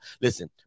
listen